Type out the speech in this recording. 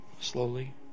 slowly